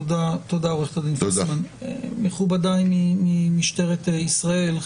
מכובדיי ממשטרת ישראל,